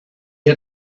had